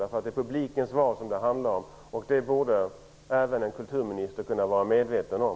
Det är nämligen publikens val det handlar om, och det borde även en kulturminister kunna vara medveten om.